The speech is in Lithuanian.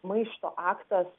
maišto aktas